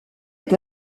est